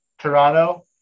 Toronto